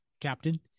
Captain